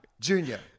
Junior